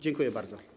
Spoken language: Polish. Dziękuję bardzo.